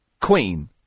queen